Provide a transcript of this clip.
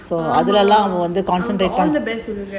சொல்லுவேன்:solluvaen